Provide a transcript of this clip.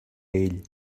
ell